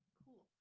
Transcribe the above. cool